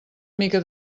mica